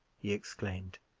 he exclaimed.